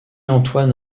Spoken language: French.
antoine